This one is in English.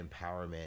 empowerment